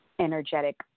energetic